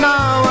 Now